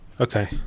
Okay